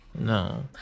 No